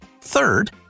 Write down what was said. Third